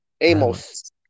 Amos